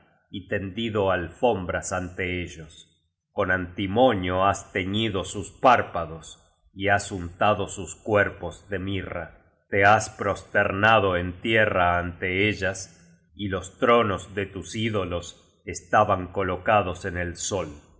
y tendido alfombras ante ellos con antimonio has teñido sus párpados y has untado sus cuerpos de mirra te has proster nado en tierra ante ellas y os tronos de tus ídolos estaban co locados en el sol